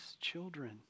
children